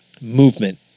movement